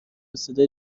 صدای